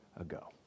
ago